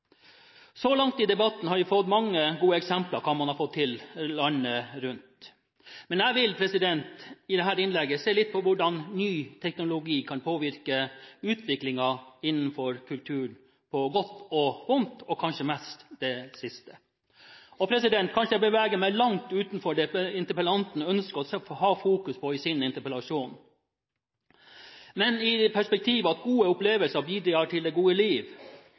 Så langt i debatten har vi fått mange gode eksempler på hva man har fått til landet rundt. Men i dette innlegget vil jeg se litt på hvordan ny teknologi kan påvirke utviklingen innenfor kulturen på godt og vondt – og kanskje mest det siste. Kanskje jeg beveger meg langt utenfor det interpellanten ønsker å fokusere på, men i et perspektiv hvor gode opplevelser bidrar til det gode liv,